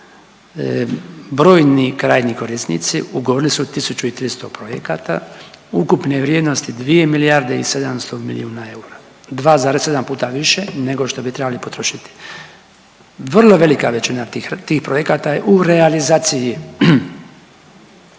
brojni krajnji korisnici ugovorili su 1300 projekata ukupne vrijednosti 2 milijarde i 700 milijuna eura, 2,7 puta više nego što bi trebali potrošiti. Vrlo velika većina tih projekata je u realizaciji.